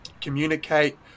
communicate